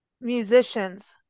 musicians